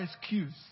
excuse